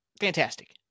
fantastic